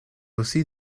aussi